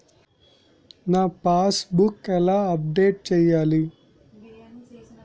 నా passbook ఎలా update చేయాలి?